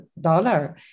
dollar